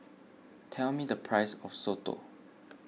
tell me the price of Soto